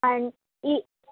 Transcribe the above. అన్ ఈ